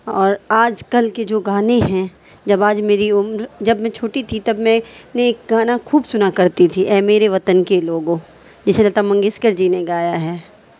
اور آج کل کے جو گانے ہیں جب آج میری عمر جب میں چھوٹی تھی تب میں نے گانا خوب سنا کرتی تھی اے میرے وطن کے لوگو جسے لتا منگیشکر جی نے گایا ہے